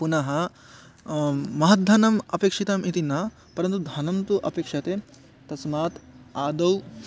पुनः महद्धनम् अपेक्षितम् इति न परन्तु धनं तु अपेक्षते तस्मात् आदौ